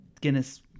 Guinness